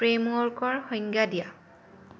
ফ্ৰেমৱৰ্কৰ সংজ্ঞা দিয়া